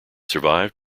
survived